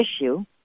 issue